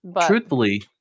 Truthfully